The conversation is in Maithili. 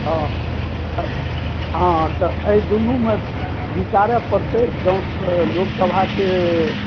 आ हँ तऽ एहि दुनूमे विचारय परतै जँ लोकसभाके